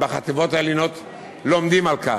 בחטיבות העליונות לומדים על כך,